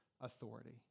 authority